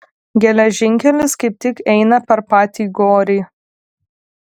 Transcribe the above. geležinkelis kaip tik eina per patį gorį